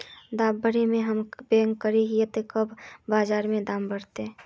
दाम बढ़े के हम सब वैट करे हिये की कब बाजार में दाम बढ़ते?